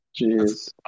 jeez